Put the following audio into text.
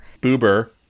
Boober